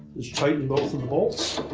just tighten both of the bolts.